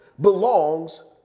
belongs